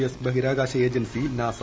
S ബഹിരാകാശ agency NASA